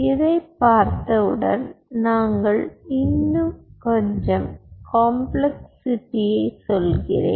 இதைப் பார்த்தவுடன் நாங்கள் இன்னும் கொஞ்சம் காம்ப்ளெக்ஸிட்டியை சொல்கிறேன்